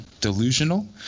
delusional